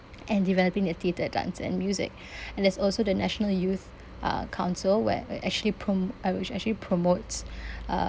and developing a theatre dance and music and there's also the national youth uh council where it actually prom~ it would actually promotes uh